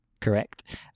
correct